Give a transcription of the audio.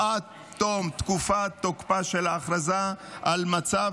או עד תום תקופת תוקפה של ההכרזה על מצב